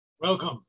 Welcome